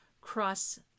Cross